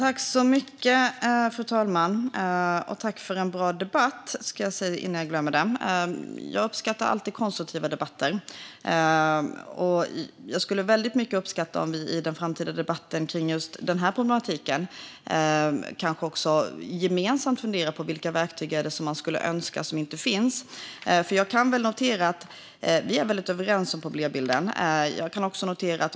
Fru talman! Låt mig tacka för en bra debatt. Jag uppskattar alltid konstruktiva debatter. Jag skulle väldigt mycket uppskatta om vi i den framtida debatten om just denna problematik gemensamt kunde fundera på vilka verktyg man skulle önska som inte finns. Jag kan notera att vi är väldigt överens om problembilden.